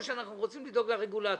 או שאנחנו רוצים לדאוג לרגולטור?